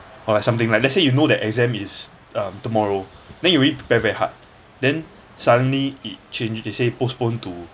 or like something like let's say you know that exam is um tomorrow then you really prepare very hard then suddenly it change they say postpone to